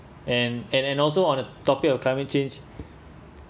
and and and also on the topic of climate change